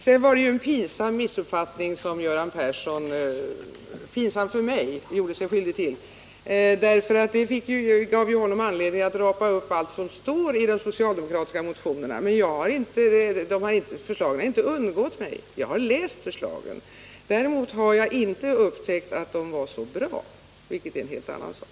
Sedan var det en för mig pinsam missuppfattning som Göran Persson gjorde sig skyldig till, därför att det gav honom anledning att rapa upp allt som står i de socialdemokratiska motionerna. Men de förslagen har inte undgått mig. Jag har läst förslagen. Däremot har jag inte upptäckt att de var så bra — vilket är en helt annan sak.